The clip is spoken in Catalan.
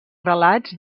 relats